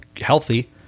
healthy